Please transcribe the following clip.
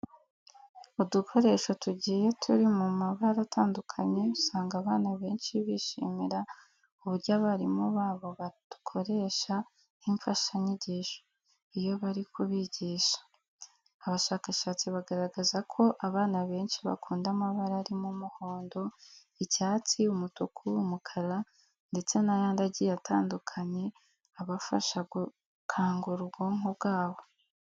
Udukoresho tugiye turi mu mabara atandukanye usanga abana benshi bishimira uburyo abarimu babo badukoresha nk'imfashanyigisho iyo bari kubigisha. Abashakashatsi bagaragaza ko abana benshi bakunda amabara arimo umuhondo, icyatsi, umutuku, umukara ndetse n'ayandi agiye atandukanye abafasha gukangura ubwonko bwabo.